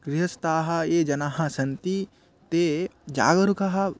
गृहस्थाः ये जनाः सन्ति ते जागरूकाः